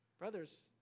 Brothers